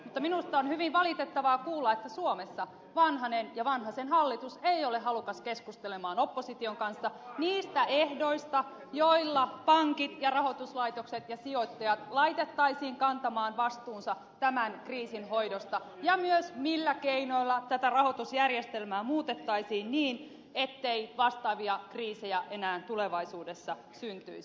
mutta minusta on hyvin valitettavaa kuulla että suomessa vanhanen ja vanhasen hallitus eivät ole halukkaita keskustelemaan opposition kanssa niistä ehdoista joilla pankit ja rahoituslaitokset ja sijoittajat laitettaisiin kantamaan vastuunsa tämän kriisin hoidosta ja myös siitä millä keinoilla tätä rahoitusjärjestelmää muutettaisiin niin ettei vastaavia kriisejä enää tulevaisuudessa syntyisi